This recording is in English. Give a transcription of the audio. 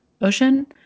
ocean